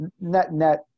net-net